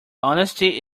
honesty